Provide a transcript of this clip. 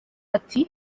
ati